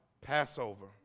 Passover